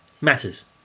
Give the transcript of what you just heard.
matters